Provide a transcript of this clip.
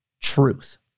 truth